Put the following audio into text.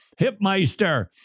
Hipmeister